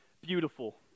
beautiful